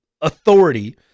authority